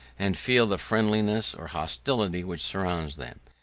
and feel the friendliness or hostility which surrounds them.